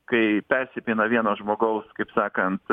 kai persipina vieno žmogaus kaip sakant